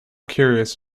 curious